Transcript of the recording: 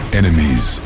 enemies